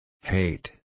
Hate